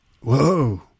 whoa